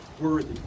worthy